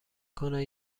کند